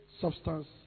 substance